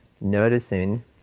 noticing